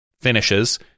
finishes